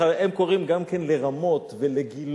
בכלל, הם קוראים גם כן לרמות, ולגילה,